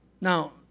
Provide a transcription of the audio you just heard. Now